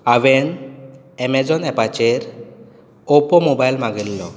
हांवें ऐमजॉन ऍपाचेर Oppo mobile मागयल्लो